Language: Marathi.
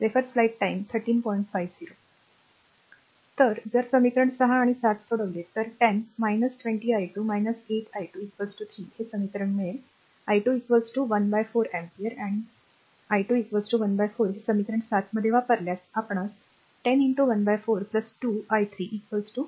तर जर समीकरण ६ आणि ७ सोडविले तर 10 20 i2 8 i2 3 हे समीकरण मिळेल i2 1 4अॅपीयर आणि i2 1 4 हे समीकरण ७ मध्ये वापरल्यास आपणास 10 1 4 2 i3 5